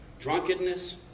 drunkenness